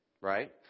right